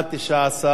בעד, 19, נגד ונמנעים,